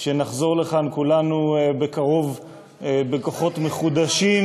שנחזור לכאן כולנו בקרוב בכוחות מחודשים